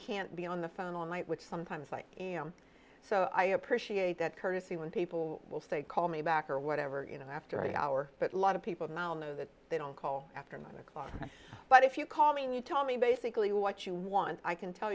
can't be on the phone all night which sometimes like so i appreciate that courtesy when people will say call me back or whatever you know after hour but lot of people now know that they don't call after nine o'clock but if you call mean you tell me basically what you want i can tell